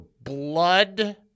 blood